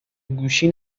گوشی